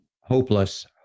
hopeless